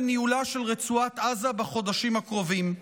ניהולה של רצועת עזה בחודשים הקרובים.